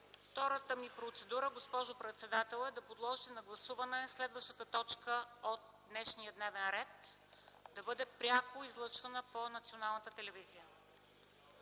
Втората ми процедура, госпожо председател, е да подложите на гласуване следващата точка от днешния дневен ред да бъде пряко излъчвана по Българската национална телевизия